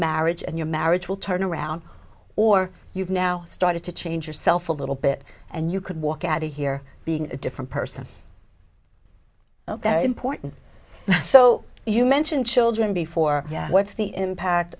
marriage and your marriage will turn around or you've now started to change yourself a little bit and you could walk out of here being a different person important so you mentioned children before yeah what's the impact